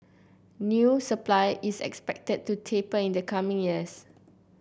new supply is expected to taper in the coming years